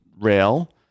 rail